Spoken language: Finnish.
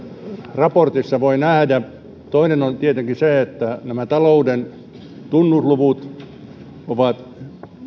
raportissa voi nähdä toinen on tietenkin se että nämä talouden tunnusluvut ovat